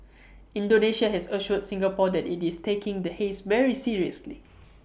Indonesia has assured Singapore that IT is taking the haze very seriously